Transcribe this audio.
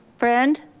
friend?